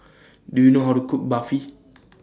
Do YOU know How to Cook Barfi